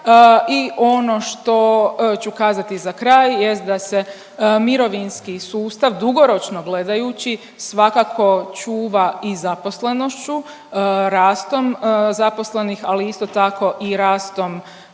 I ono što ću kazati za kraj jest da se mirovinski sustav dugoročno gledajući svakako čuva i zaposlenošću, rastom zaposlenih, ali isto tako i rastom